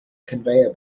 conveyor